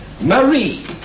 Marie